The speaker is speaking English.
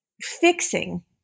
fixing